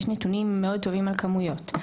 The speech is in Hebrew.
יש נתונים מאוד טובים על כמויות,